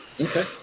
Okay